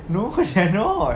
no they are not